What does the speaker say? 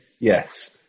Yes